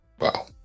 wow